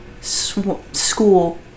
school